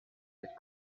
that